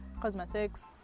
Cosmetics